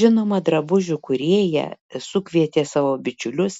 žinoma drabužių kūrėja sukvietė savo bičiulius